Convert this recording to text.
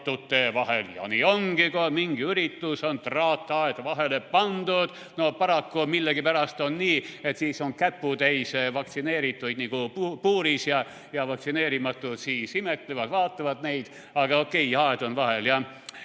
Nii ongi, kui on mingi üritus, on traataed vahele pandud. Paraku millegipärast on nii, et siis on käputäis vaktsineerituid nagu puuris ja vaktsineerimatud siis imetlevad ja vaatavad neid. Aga okei, aed on vahel,